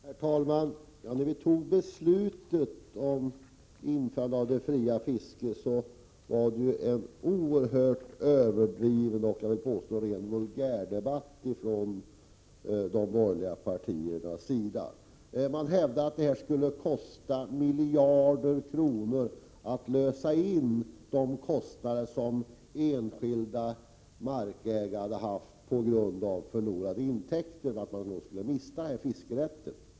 Herr talman! När vi skulle fatta beslutet om införande av det fria handredskapsfisket fördes det en oerhört överdriven, jag vill påstå rent vulgär, debatt från de borgerliga partiernas sida. Man hävdade att det skulle kosta miljarder kronor att ersätta de enskilda vattenägarna för de kostnader som dessa haft och för förlusten av inkomster på grund av intrång i fiskerätten.